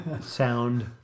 sound